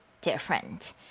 different